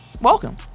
Welcome